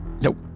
Nope